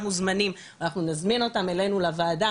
מוזמנים ואנחנו נזמין אותם אלינו לוועדה.